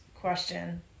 question